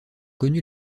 connu